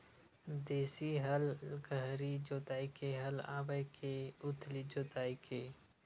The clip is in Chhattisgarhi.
देशी हल गहरी जोताई के हल आवे के उथली जोताई के?